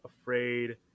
afraid